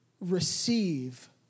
receive